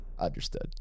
Understood